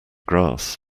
grass